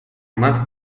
más